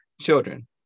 children